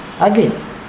again